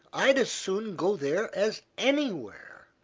i'd as soon go there as anywhere.